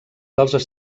dels